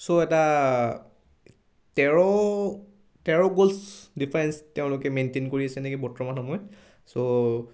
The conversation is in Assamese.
ছ' এটা তেৰ তেৰ গ'লছ ডিফাৰেঞ্চ তেওঁলোকে মেইনটেইন কৰি আছে নেকি বৰ্তমান সময়ত ছ'